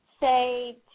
say